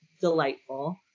delightful